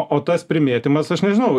o tas primėtymas aš nežinau